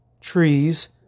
trees